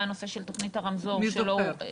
היה נושא של תוכנית הרמזור שלא אומץ -- מי זוכר...